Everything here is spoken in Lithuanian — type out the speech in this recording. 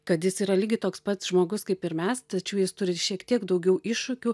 kad jis yra lygiai toks pats žmogus kaip ir mes tačiau jis turi šiek tiek daugiau iššūkių